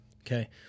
Okay